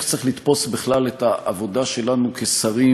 שבה צריך לתפוס בכלל את העבודה שלנו כשרים,